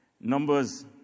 Numbers